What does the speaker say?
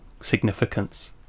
significance